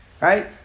Right